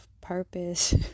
purpose